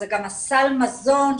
זה גם סל המזון,